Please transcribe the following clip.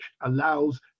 allows